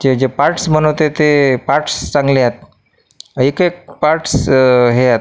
जे जे पार्ट्स बनवते ते पार्ट्स चांगले आहेत एक एक पार्ट्स हे आहेत